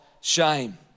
shame